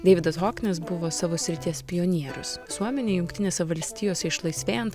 deividas hoknis buvo savo srities pionierius visuomenėj jungtinėse valstijose išlaisvėjant